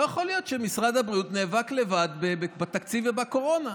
לא יכול להיות שמשרד הבריאות נאבק לבד בתקציב ובקורונה.